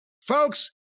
Folks